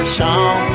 song